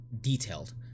detailed